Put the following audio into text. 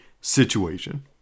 situation